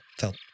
felt